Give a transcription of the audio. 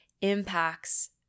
impacts